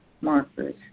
markers